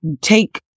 take